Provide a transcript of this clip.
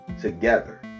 together